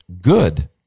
Good